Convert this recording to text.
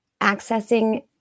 accessing